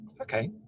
Okay